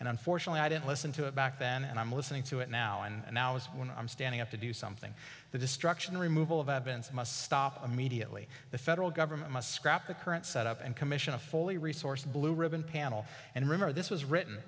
and unfortunately i didn't listen to it back then and i'm listening to it now and now it's when i'm standing up to do something the destruction removal of eben's must stop immediately the federal government must scrap the current set up and commission a fully resourced blue ribbon panel and remember this was written